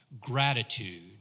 gratitude